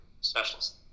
specialist